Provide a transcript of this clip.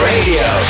Radio